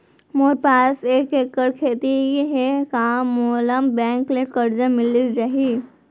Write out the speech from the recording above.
मोर पास एक एक्कड़ खेती हे का मोला बैंक ले करजा मिलिस जाही?